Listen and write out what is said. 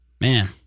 Man